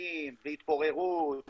עסקנים והתפוררות והכול.